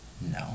No